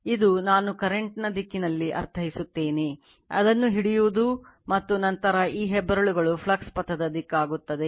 ಇದು ನಾನು ಕರೆಂಟ್ ನ ದಿಕ್ಕಿನಲ್ಲಿ ಅರ್ಥೈಸುತ್ತೇನೆ ಅದನ್ನು ಹಿಡಿಯುತ್ತದೆ ಮತ್ತು ನಂತರ ಈ ಹೆಬ್ಬೆರಳು ಫ್ಲಕ್ಸ್ ಪಥದ ದಿಕ್ಕಾಗುತ್ತದೆ